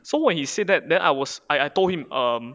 so when he said that then I was I I told him um